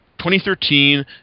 2013